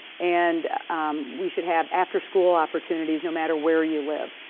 and we should have after school opportunities, no matter where you live.